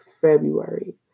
February